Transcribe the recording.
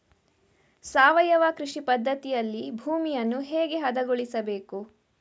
ಸಾವಯವ ಕೃಷಿ ಪದ್ಧತಿಯಲ್ಲಿ ಭೂಮಿಯನ್ನು ಹೇಗೆ ಹದಗೊಳಿಸಬೇಕು?